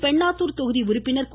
பென்னாத்தூர் தொகுதி உறுப்பினர் கு